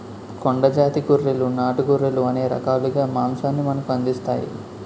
కొండ జాతి గొర్రెలు నాటు గొర్రెలు అనేక రకాలుగా మాంసాన్ని మనకు అందిస్తాయి